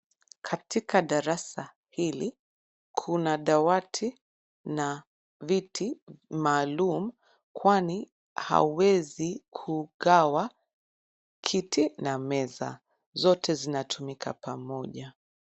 Katika darasa hili kuna dawati na viti maalum kwani hauwezi kugawa kiti na meza. Zote zinatumika pamoja.